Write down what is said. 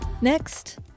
Next